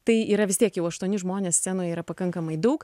tai yra vis tiek jau aštuoni žmonės scenoj yra pakankamai daug